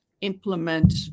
implement